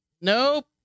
Nope